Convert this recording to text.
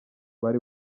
bari